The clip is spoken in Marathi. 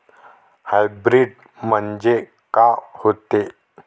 हाइब्रीड म्हनजे का होते?